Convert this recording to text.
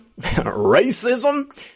racism